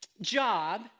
job